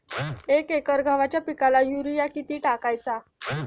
एक एकर गव्हाच्या पिकाला युरिया किती टाकायचा?